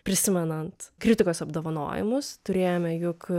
prisimenant kritikos apdovanojimus turėjome juk